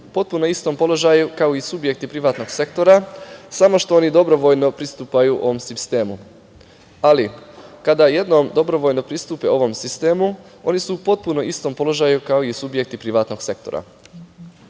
u potpuno istom položaju, kao i subjekti privatnog sektora, samo što oni dobrovoljno pristupaju ovom sistemu, ali kada jednom dobrovoljno pristupe ovom sistemu oni su u potpuno istom položaju, kao i subjekti privatnog sektora. Kada